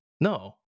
No